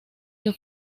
que